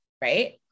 right